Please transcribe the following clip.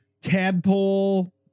tadpole